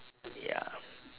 ya